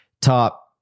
top